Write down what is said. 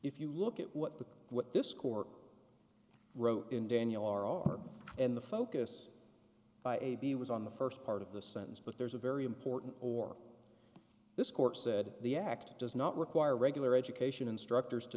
if you look at what the what this court wrote in daniel are and the focus by a b was on the st part of the sentence but there's a very important or this court said the act does not require regular education instructors to